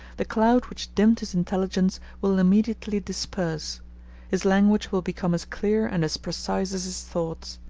the cloud which dimmed his intelligence will immediately disperse his language will become as clear and as precise as his thoughts.